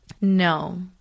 No